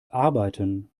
arbeiten